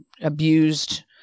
abused